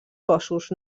cossos